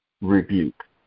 Rebuke